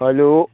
hello